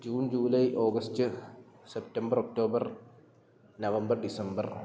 June July August September October November December